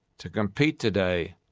to compete today,